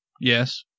Yes